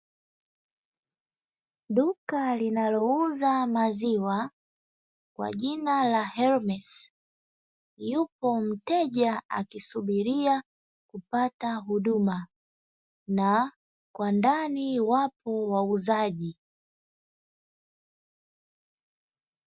Duka linalouza maziwa kwa jina la HERMES, yupo mteja akisuburia kupata huduma na kwa ndani wapo wauzaji.